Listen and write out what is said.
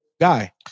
guy